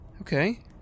Okay